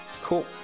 Cool